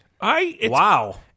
Wow